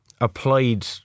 applied